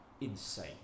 insane